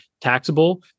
taxable